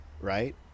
right